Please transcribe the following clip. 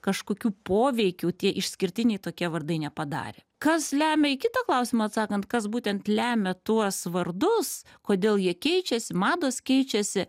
kažkokių poveikių tie išskirtiniai tokie vardai nepadarė kas lemia į kitą klausimą atsakant kas būtent lemia tuos vardus kodėl jie keičiasi mados keičiasi